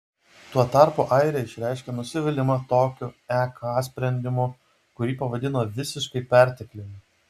tuo tarpu airija išreiškė nusivylimą tokiu ek sprendimu kurį pavadino visiškai pertekliniu